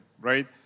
right